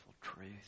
truth